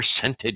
percentage